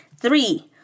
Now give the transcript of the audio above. Three